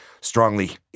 strongly